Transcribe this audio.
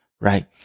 right